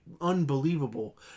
unbelievable